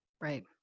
Right